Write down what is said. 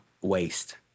waste